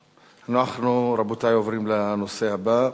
אנחנו, רבותי, עוברים לנושא הבא: